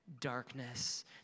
darkness